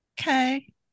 okay